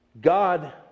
God